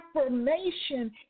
affirmation